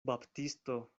baptisto